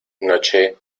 noche